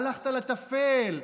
הלכת לטפל.